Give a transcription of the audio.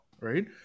right